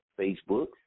Facebook